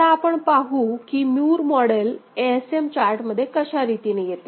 आता आपण पाहू की मूर मॉडेल ASM चार्ट मध्ये कशा रीतीने येते